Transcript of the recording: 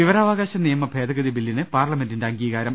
വിവരാവകാശ നിയമ ഭേദഗതി ബില്ലിന് പാർലമെന്റിന്റെ അംഗീ കാരം